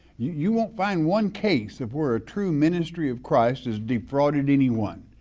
you won't find one case of where a true ministry of christ has defrauded anyone.